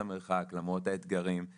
עם ההחלטות האחרונות של ממשלת ישראל: